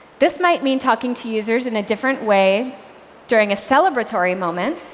this might mean talking to users in a different way during a celebratory moment,